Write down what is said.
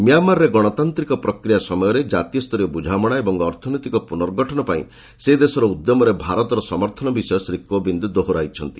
ମ୍ୟାମାର୍ରେ ଗଣତାନ୍ତ୍ରିକ ପ୍ରକ୍ରିୟା ସମୟରେ ଜାତୀୟ ସ୍ତରୀୟ ବୁଝାମଣା ଏବଂ ଅର୍ଥନୈତିକ ପୁନର୍ଗଠନ ପାଇଁ ସେ ଦେଶର ଉଦ୍ୟମରେ ଭାରତର ସମର୍ଥନ ବିଷୟ ଶ୍ରୀ କୋବିନ୍ଦ ଦୋହରାଇଛନ୍ତି